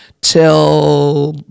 till